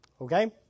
okay